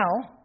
now